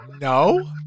no